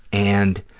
and